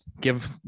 give